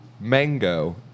mango